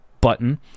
button